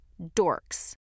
dorks